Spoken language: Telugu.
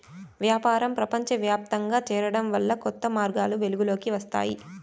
వ్యాపారం ప్రపంచవ్యాప్తంగా చేరడం వల్ల కొత్త మార్గాలు వెలుగులోకి వస్తాయి